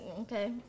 okay